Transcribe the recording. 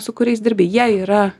su kuriais dirbi jie yra